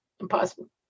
Impossible